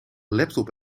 laptop